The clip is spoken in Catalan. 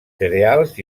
cereals